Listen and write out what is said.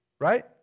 Right